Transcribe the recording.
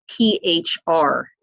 PHR